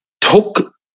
took